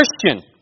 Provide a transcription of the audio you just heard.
Christian